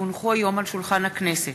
כי הונחו היום על שולחן הכנסת,